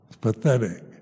pathetic